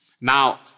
Now